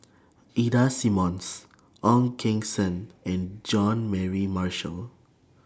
Ida Simmons Ong Keng Sen and Jean Mary Marshall